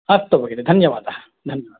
अस्तु भगिनी धन्यवादः धन्यवादः